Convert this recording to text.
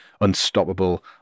unstoppable